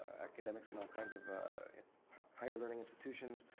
academics and all kinds of higher learning institutions,